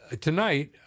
tonight